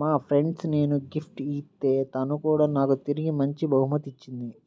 మా ఫ్రెండ్ కి నేను గిఫ్ట్ ఇత్తే తను కూడా నాకు తిరిగి మంచి బహుమతి ఇచ్చింది